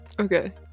Okay